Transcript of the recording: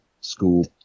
school